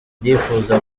ndifuza